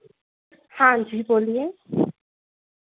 हाँ जी बोलिए